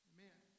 Amen